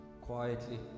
Quietly